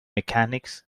mechanics